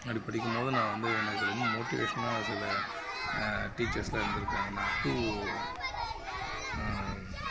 அப்படி படிக்கும்போது நான் வந்து எனக்கு ரொம்ப மோட்டிவேஷனாக சில டீச்சர்ஸ்லாம் இருந்திருக்காங்க நான் டூ